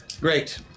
Great